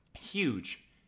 huge